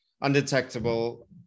undetectable